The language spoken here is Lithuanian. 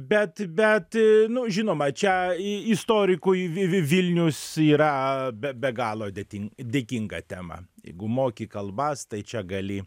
bet bet nu žinoma čia i istorikui vivi vilnius yra be be galo dėtin dėkinga tema jeigu moki kalbas tai čia gali